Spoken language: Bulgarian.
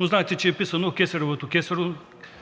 но знаете, че е писано: „кесаревото кесарю,